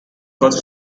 quote